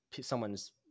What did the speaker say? someone's